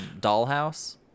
Dollhouse